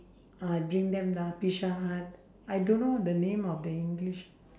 uh bring them lah pizza-hut I don't know the name of the english